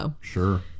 Sure